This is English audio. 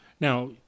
Now